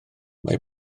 mae